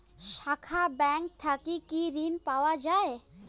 শাখা ব্যাংক থেকে কি ঋণ দেওয়া হয়?